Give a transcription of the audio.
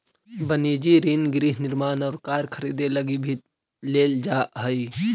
वनिजी ऋण गृह निर्माण और कार खरीदे लगी भी लेल जा हई